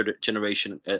generation